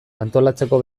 antolatzeko